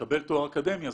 יקבל תואר אקדמי,